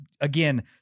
again